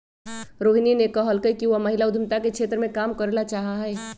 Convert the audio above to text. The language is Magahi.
रोहिणी ने कहल कई कि वह महिला उद्यमिता के क्षेत्र में काम करे ला चाहा हई